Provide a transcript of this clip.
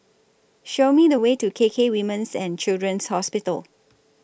Show Me The Way to K K Women's and Children's Hospital